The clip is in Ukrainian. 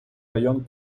район